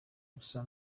gusa